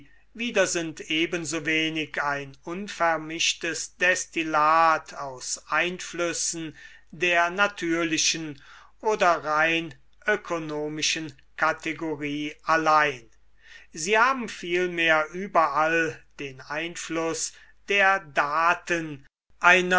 wieder sind ebensowenig ein unvermischtes destillat aus einflüssen der natürlichen oder rein ökonomischen kategorie allein sie haben vielmehr überall den einfluß der daten